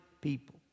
people